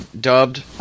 dubbed